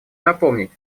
напомнить